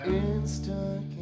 instant